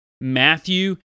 Matthew